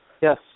Yes